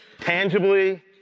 tangibly